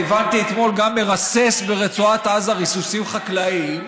והבנתי אתמול שהוא גם מרסס ברצועת עזה ריסוסים חקלאיים,